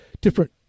different